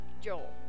Joel